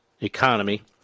economy